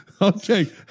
okay